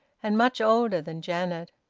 and much older than janet.